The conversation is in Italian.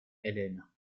elena